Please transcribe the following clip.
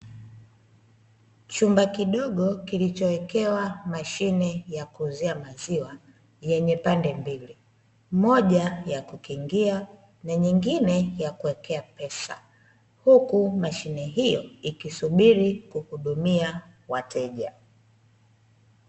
Chumba kidogo kilichowekewa mashine ya kuuzia maziwa yenye pande mbili moja ya kukingia na nyingine ya kuwekea pesa huku mashine hiyo ikisubiri kuhudumia wateja .